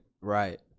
Right